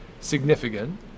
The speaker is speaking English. significant